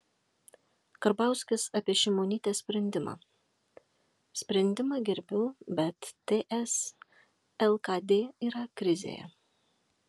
karbauskis apie šimonytės sprendimą sprendimą gerbiu bet ts lkd yra krizėje